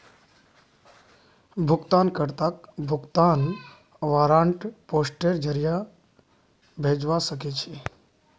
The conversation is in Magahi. भुगतान कर्ताक भुगतान वारन्ट पोस्टेर जरीये भेजवा सके छी